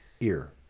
ear